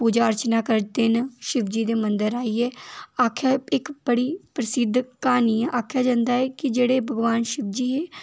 पूजा अर्चना करदे न शिवजी दे मंदर आइयै आक्खेआ इक्क बड़ी प्रसिद्ध क्हानी ऐ आक्खेआ जंदा ऐ कि जेह्ड़े भगवान शिवजी